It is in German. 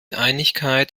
einigkeit